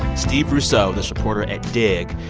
steve russo, this reporter at digg,